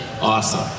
awesome